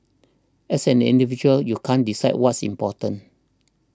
as an individual you can't decide what's important